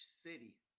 city